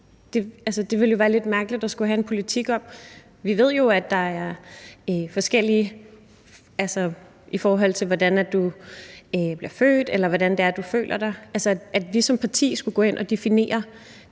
Det ville jo være lidt mærkeligt at skulle have en politik om. Vi ved jo, at det kan være forskelligt, i forhold til hvordan du bliver født, eller hvordan det er, du føler dig. At vi som parti skulle gå ind og definere